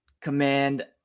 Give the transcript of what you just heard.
command